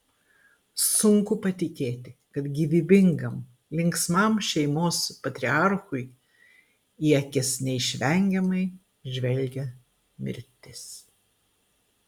sunku patikėti kad gyvybingam linksmam šeimos patriarchui į akis neišvengiamai žvelgia mirtis